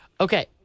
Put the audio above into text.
Okay